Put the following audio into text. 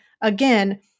again